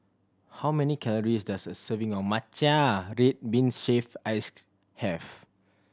how many calories does a serving of matcha red bean shaved ice have